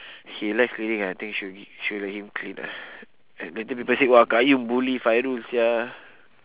he likes cleaning lah I think should should let him clean ah later people say !wah! qayyum bully fairul sia